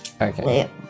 Okay